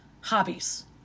hobbies